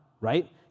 right